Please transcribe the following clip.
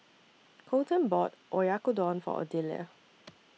Coleton bought Oyakodon For Odelia